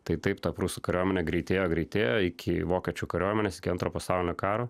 tai taip ta prūsų kariuomenė greitėjo greitėjo iki vokiečių kariuomenės iki antro pasaulinio karo